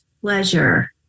pleasure